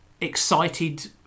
excited